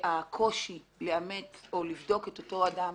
שהקושי לאמת או לבדוק את אותו אדם